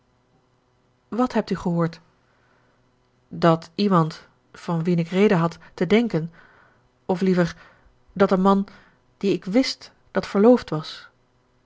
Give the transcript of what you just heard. wat hebt u gehoord dat iemand van wien ik reden had te denken of liever dat een man die ik wist dat verloofd was